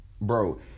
Bro